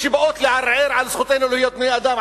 שבאות לערער על זכותנו להיות בני-אדם,